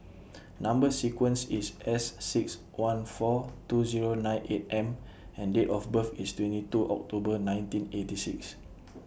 Number sequence IS S six one four two Zero nine eight M and Date of birth IS twenty two October nineteen eighty six